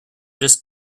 just